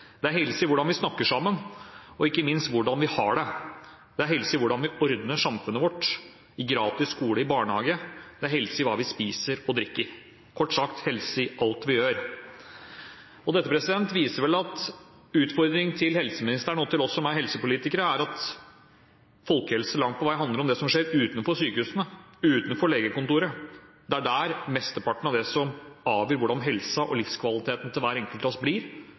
Det er helse i hvordan vi snakker sammen, og ikke minst i hvordan vi har det. Det er helse i hvordan vi ordner samfunnet vårt, i gratis skole, i barnehage, det er helse i hva vi spiser og drikker – kort sagt, helse i alt vi gjør. Dette viser vel at utfordringene til helseministeren og til oss som er helsepolitikere, er at folkehelse langt på vei handler om det som skjer utenfor sykehusene, utenfor legekontoret. Det er der mesteparten av hvordan helsa og livskvaliteten til hver enkelt av oss blir,